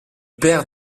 père